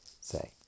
say